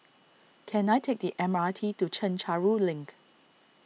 can I take the M R T to Chencharu Link